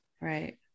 Right